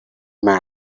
mad